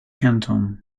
canton